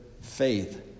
faith